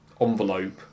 envelope